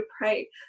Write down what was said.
pray